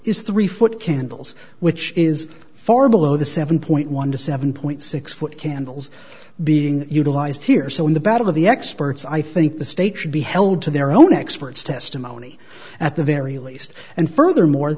is three foot candles which is far below the seven point one to seven point six foot candles being utilized here so in the battle of the experts i think the state should be held to their own experts testimony at the very least and furthermore